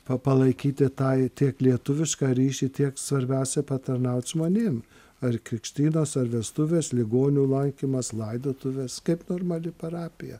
pa palaikyti tai tiek lietuvišką ryšį tiek svarbiausia patarnaut žmonėm ar krikštynos ar vestuvės ligonio lankymas laidotuvės kaip normali parapija